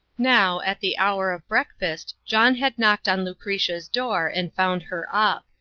now, at the hour of breakfast, john had knocked on lucretia's door and found her up.